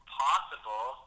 possible